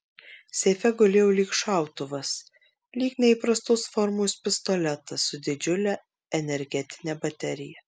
seife gulėjo lyg šautuvas lyg neįprastos formos pistoletas su didžiule energetine baterija